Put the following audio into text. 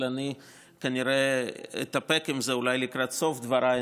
אבל אני כנראה אתאפק עם זה אולי לקראת סוף דבריי.